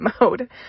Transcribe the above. mode